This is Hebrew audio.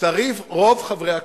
צריך רוב חברי הכנסת.